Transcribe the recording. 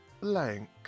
blank